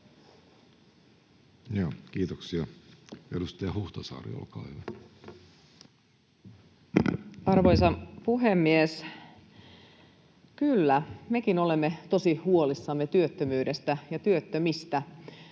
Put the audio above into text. Kiitoksia. — Edustaja Huhtasaari, olkaa hyvä. Arvoisa puhemies! Kyllä, mekin olemme tosi huolissamme työttömyydestä ja työttömistä.